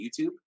YouTube